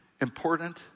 important